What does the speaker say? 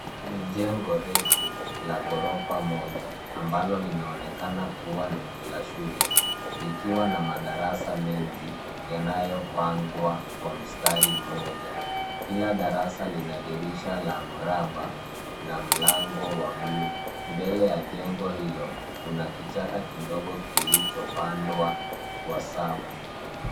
Ni jengo refu la ghorofa moja ambalo linaonekana kuwa la shule, likiwa na madarasa mengi yanayopangwa kwa mstari mmoja. Kila darasa lina dirisha la mraba na mlango wa blue . Mbele ya jengo hilo, kuna kichaka kidogo kilichopandwa kwa safu.